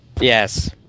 Yes